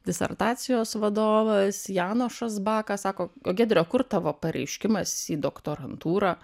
disertacijos vadovas janošas bakas sako o giedre o kur tavo pareiškimas į doktorantūrą